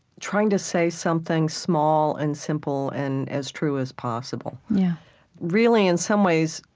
trying to say something small and simple and as true as possible really, in some ways,